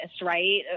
right